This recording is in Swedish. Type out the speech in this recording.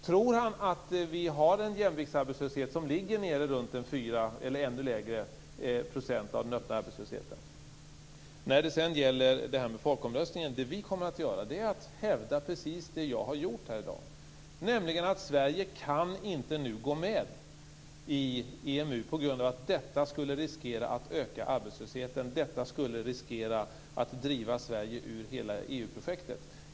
Tror Johan Lönnroth att vi har en jämviktsarbetslöshet som ligger runt 4 %, eller ännu lägre, av den öppna arbetslösheten? När det gäller folkomröstningen kommer vi att hävda precis det som jag har gjort här i dag, nämligen att Sverige inte kan gå med i EMU nu eftersom det skulle riskera att arbetslösheten ökar och att Sverige drivs ut ur hela EU-projektet.